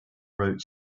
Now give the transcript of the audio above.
wrote